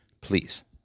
please